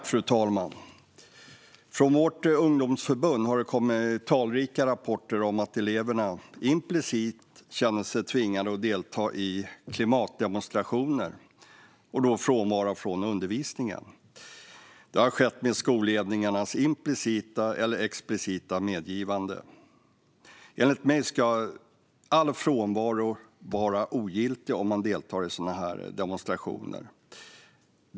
Fru talman! Från vårt ungdomsförbund har det kommit talrika rapporter om att elever känner sig implicit tvingade att delta i klimatdemonstrationer och därmed frånvara från undervisning. Detta har skett med skolledningens implicita eller explicita medgivande. Enligt mig ska all frånvaro vara ogiltig om man deltar i sådana här demonstrationer.